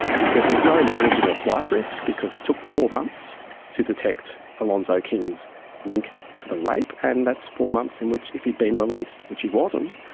he said there is no managing of flight risk because it took four months to detect alonzo king's link to the rape, and that's four months in which, if he had been released, which he wasn't,